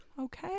Okay